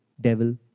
devil